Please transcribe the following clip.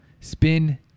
Spin